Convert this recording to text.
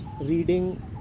reading